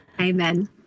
Amen